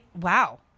wow